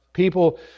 People